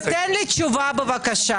ותן לי תשובה בבקשה